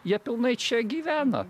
jie pilnai čia gyvena